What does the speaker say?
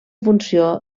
funció